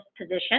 position